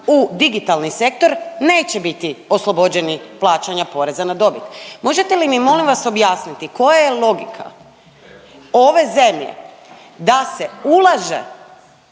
u digitalni sektor neće biti oslobođeni plaćanja poreza na dobit. Možete li mi molim vas objasniti koja je logika ove zemlje da se ulaže